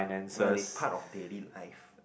well it's part of daily life